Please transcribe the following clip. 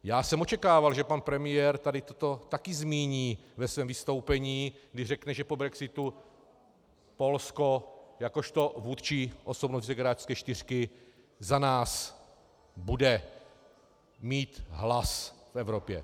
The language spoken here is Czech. Já jsem očekával, že pan premiér tady toto také zmíní ve svém vystoupení, když řekne, že po brexitu Polsko jakožto vůdčí osobnost visegrádské čtyřky za nás bude mít hlas v Evropě.